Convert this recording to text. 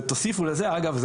ותוסיפו לזה אגב,